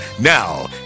Now